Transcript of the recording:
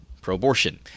pro-abortion